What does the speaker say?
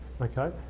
okay